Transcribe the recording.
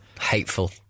Hateful